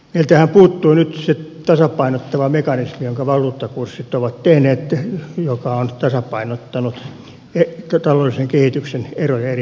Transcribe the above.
meiltähän puuttuu nyt se tasapainottava mekanismi jonka valuuttakurssit ovat tehneet joka on tasapainottanut taloudellisen kehityksen eroja eri maitten välillä